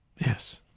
Yes